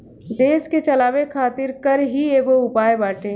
देस के चलावे खातिर कर ही एगो उपाय बाटे